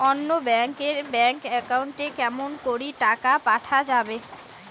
অন্য ব্যাংক এর bank account এ কেমন করে টাকা পাঠা যাবে?